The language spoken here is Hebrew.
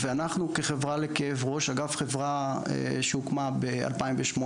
ואנחנו חברה לכאב ראש, אגב, חברה שהוקמה ב-2018.